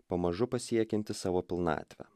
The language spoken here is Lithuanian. pamažu pasiekianti savo pilnatvę